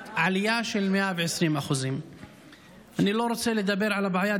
זאת עלייה של 120%. אני לא רוצה לדבר על הבעיה,